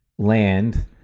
land